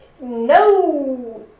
no